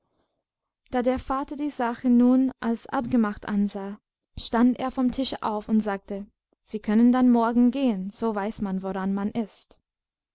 da der vater die sache nun als abgemacht ansah stand er vom tische auf und sagte sie können dann morgen gehen so weiß man woran man ist